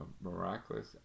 miraculous